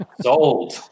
Sold